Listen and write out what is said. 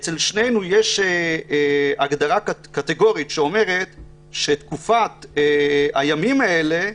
אצל שנינו יש הגדרה קטגורית שאומרת שתקופת הימים האלה,